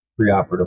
preoperative